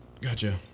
Gotcha